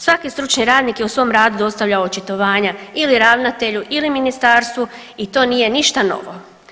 Svaki stručni radnik je u svom radu dostavljao očitovanja ili ravnatelju ili ministarstvu i to nije ništa novo.